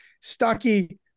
Stucky